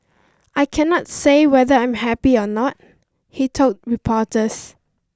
I cannot say whether I'm happy or not he told reporters